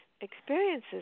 experiences